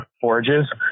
forages